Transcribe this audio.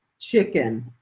chicken